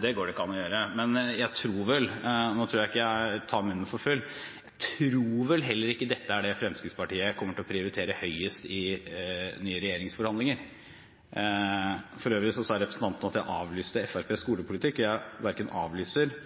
Det går det ikke an å gjøre. Men jeg tror vel – og nå tror jeg ikke jeg tar munnen for full – heller ikke dette er det Fremskrittspartiet kommer til å prioritere høyest i nye regjeringsforhandlinger. For øvrig sa representanten at jeg avlyste Fremskrittspartiets skolepolitikk. Jeg verken avlyser